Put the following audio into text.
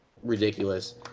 ridiculous